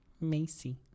Macy